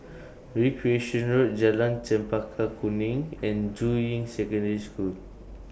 Recreation Road Jalan Chempaka Kuning and Juying Secondary School